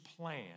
plan